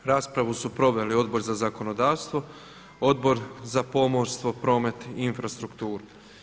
Raspravu su proveli Odbor za zakonodavstvo, Odbor za pomorstvo, promet i infrastrukturu.